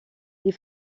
les